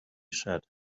said